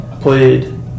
played –